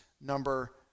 number